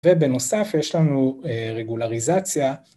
ובנוסף יש לנו רגולריזציה.